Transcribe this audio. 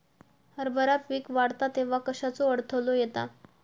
हरभरा पीक वाढता तेव्हा कश्याचो अडथलो येता?